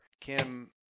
Kim